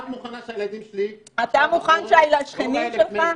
את מוכנה שהילדים שלי --- אתה מוכן שהשכנים שלך?